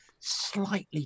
slightly